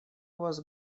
вас